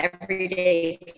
everyday